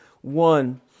one